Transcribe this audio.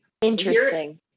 Interesting